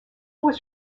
was